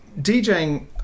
DJing